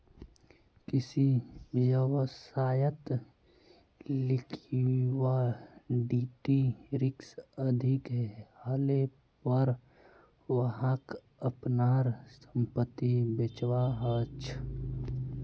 किसी व्यवसायत लिक्विडिटी रिक्स अधिक हलेपर वहाक अपनार संपत्ति बेचवा ह छ